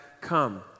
come